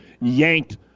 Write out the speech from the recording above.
yanked